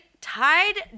tied